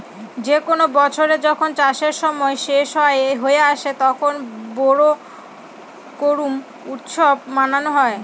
যে কোনো বছরে যখন চাষের সময় শেষ হয়ে আসে, তখন বোরো করুম উৎসব মানানো হয়